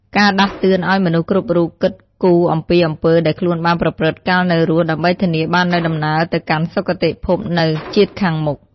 ការដាស់តឿនឱ្យមនុស្សគ្រប់រូបគិតគូរអំពីអំពើដែលខ្លួនបានប្រព្រឹត្តកាលនៅរស់ ដើម្បីធានាបាននូវដំណើរទៅកាន់សុគតិភពនៅជាតិខាងមុខ។